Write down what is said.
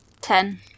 Ten